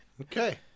Okay